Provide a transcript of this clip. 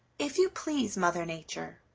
if you please, mother nature,